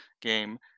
game